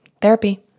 therapy